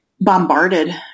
Bombarded